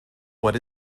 what